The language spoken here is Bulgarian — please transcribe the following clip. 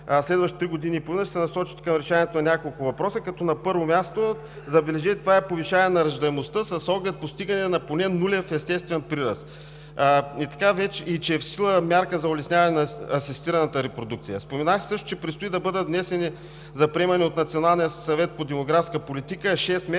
следващата година и половина ще се насочите към решаването на няколко въпроса. На първо място, забележете, това е повишаване на раждаемостта с оглед постигане на поне нулев естествен прираст, и че е в сила мярка за улесняване на асистираната репродукция. Споменахте също, че предстои да бъдат внесени за приемане от Националния съвет по демографска политика шест